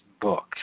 book